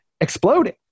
exploding